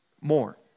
more